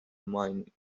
mining